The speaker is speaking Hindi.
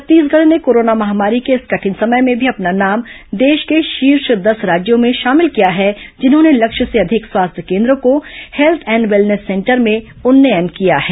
छत्तीसगढ़ ने कोरोना महामारी के इस कठिन समय में भी अपना नाम देश के शीर्ष दस राज्यों में शामिल किया है जिन्होंने लक्ष्य से अधिक स्वास्थ्य केन्द्रों को हेल्थ एंड वेलनेस सेंटर में उन्नयन किया है